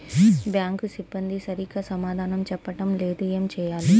Bank సిబ్బంది సరిగ్గా సమాధానం చెప్పటం లేదు ఏం చెయ్యాలి?